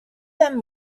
them